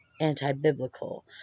anti-biblical